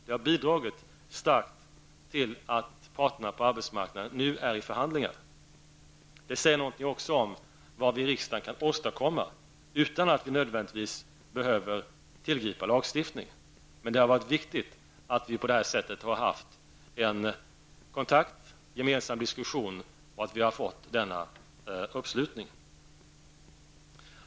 Det har bidragit starkt till att parterna på arbetsmarknaden nu är i förhandlingar. Det säger något också om vad vi i riksdagen kan åstadkomma utan att vi nödvändigtvis behöver tillgripa lagstiftning, men det har varit viktigt att vi på detta sätt har kunnat ha kontakt och gemensam diskussion och att vi har fått denna uppslutning.